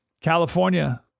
California